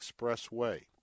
Expressway